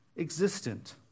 existent